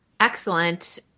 Excellent